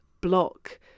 block